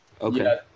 Okay